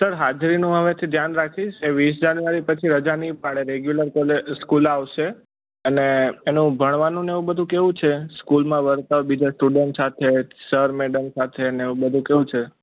sir હાજરીનું હવેથી ધ્યાન રાખીશ વીસ જાન્યુઆરી પછી રજા નય પાડે રેગ્યુલર કોલે સ્કૂલએ આવશે અને એનું ભણવાનું એવું બધુ કેવું છે સ્કૂલમાં વર્તાવ બીજા સાથે સર મેડમ સાથે એવું બધુ કેવું છે